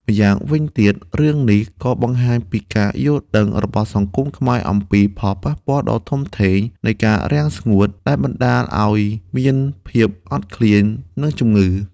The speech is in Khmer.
ម្យ៉ាងវិញទៀត រឿងនេះក៏បង្ហាញពីការយល់ដឹងរបស់សង្គមខ្មែរអំពីផលប៉ះពាល់ដ៏ធំធេងនៃការរាំងស្ងួត ដែលបណ្ដាលឱ្យមានភាពអត់ឃ្លាន និងជំងឺ ។